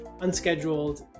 unscheduled